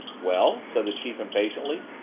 well, said the chief impatiently.